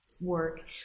work